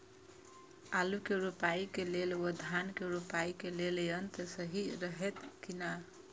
आलु के रोपाई के लेल व धान के रोपाई के लेल यन्त्र सहि रहैत कि ना?